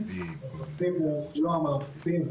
עושים את מלוא המאמצים,